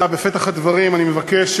בפתח הדברים אני מבקש,